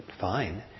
fine